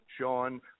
Sean